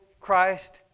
Christ